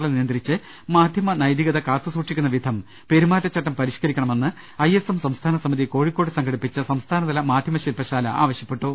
കളെ നിയന്ത്രിച്ച് മാധ്യമ നൈതികത കാത്തുസൂക്ഷിക്കുന്ന വിധം പെരുമാറ്റചട്ടം പരിഷ്കരിക്കണമെന്ന് ഐ എസ് എം സംസ്ഥാന സമിതി കോഴിക്കോട് സംഘടി പ്പിച്ച സംസ്ഥാനതല മാധ്യമ ശില്പശാല ആവശ്യപ്പെട്ടു